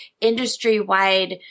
industry-wide